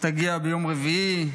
שתגיע ביום רביעי,